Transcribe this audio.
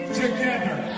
together